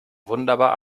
wunderbar